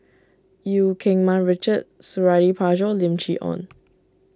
Eu Keng Mun Richard Suradi Parjo Lim Chee Onn